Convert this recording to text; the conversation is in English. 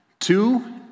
Two